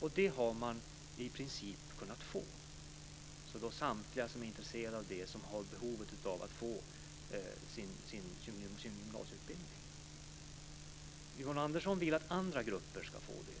och det har man i princip kunnat få, och det gäller samtliga som är intresserade av det och som har behov av att få sin gymnasieutbildning. Yvonne Andersson vill att andra grupper ska få det.